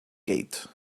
gate